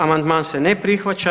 Amandman se ne prihvaća.